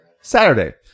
Saturday